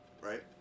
right